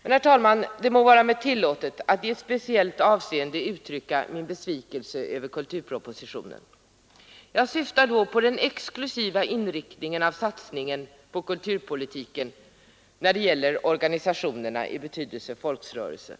Men, herr talman, det må vara mig tillåtet att i ett speciellt avseende uttrycka min besvikelse över kulturpropositionen. Jag syftar då på den exklusiva inriktningen av satsningen på kulturpolitiken när det gäller organisationerna i betydelsen folkrörelser.